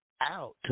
out